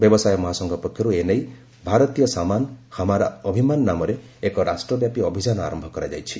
ବ୍ୟବସାୟ ମହାସଂଘ ପକ୍ଷରୁ ଏ ନେଇ 'ଭାରତୀୟ ସାମାନ୍ ହମାରା ଅଭିମାନ୍' ନାମରେ ଏକ ରାଷ୍ଟ୍ରବ୍ୟାପୀ ଅଭିଯାନ ଆରମ୍ଭ କରାଯାଇଛି